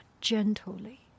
gently